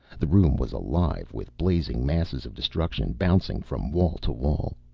the room was alive with blazing masses of destruction, bouncing from wall to wall.